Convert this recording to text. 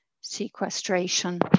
sequestration